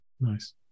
Nice